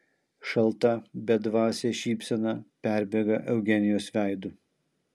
šalta bedvasė šypsena perbėga eugenijos veidu